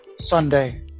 Sunday